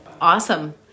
Awesome